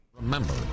remember